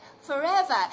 forever